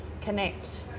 connect